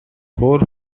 four